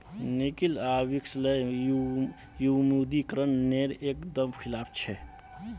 निकिल आर किसलय विमुद्रीकरण नेर एक दम खिलाफ छे